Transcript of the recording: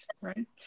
right